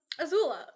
Azula